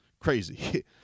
crazy